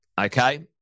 Okay